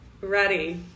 ready